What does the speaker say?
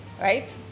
right